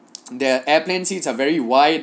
their airplane seats are very wide